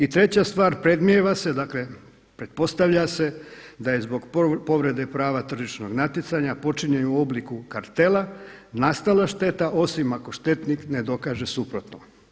I treća stvar, predmnijeva se dakle pretpostavlja se da je zbog povrede prava tržišnog natjecanja počinje u obliku kartela nastala šteta osim ako štetnik ne dokaže suprotno.